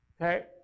Okay